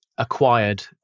Acquired